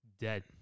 dead